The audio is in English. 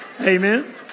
Amen